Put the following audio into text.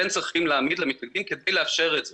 צריכים להעמיד למתנגדים כדי לאפשר את זה.